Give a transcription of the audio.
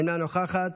אינה נוכחת,